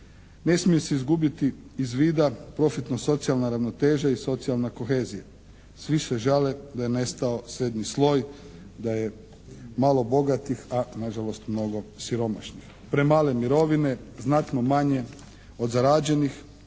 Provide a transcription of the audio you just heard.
Ne smije se izgubiti iz vida profitno socijalna ravnoteža i socijalna kohezija. Svi se žale da je nestao 7 sloj, da je malo bogatih a nažalost mnogo siromašnih. Premale mirovine znatno manje od zarađenih